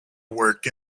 work